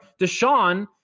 Deshaun